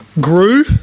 grew